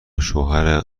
شوهر